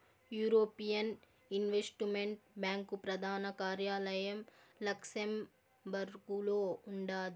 European investment bank ప్రదాన కార్యాలయం లక్సెంబర్గులో ఉండాది